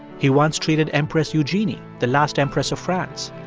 he once treated empress eugenie, the last empress of france.